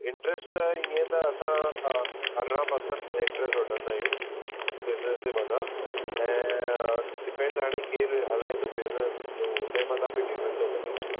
interest त इअं त असां अरिड़हां परसेंट इंट्रैस्ट वठंदा आहियूं बिज़नेस जे मथां ऐं डिपैंड हाणे केरु हलाए थो बिज़नेस त हुन जे मथां बि डिपैंड थो करे